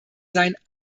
sein